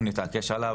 אנחנו נתעקש עליו,